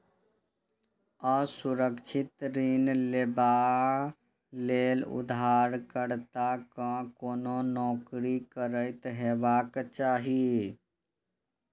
असुरक्षित ऋण लेबा लेल उधारकर्ता कें कोनो नौकरी करैत हेबाक चाही